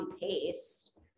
paste